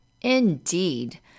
Indeed